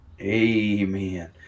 Amen